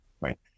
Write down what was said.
right